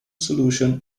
solution